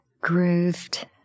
grooved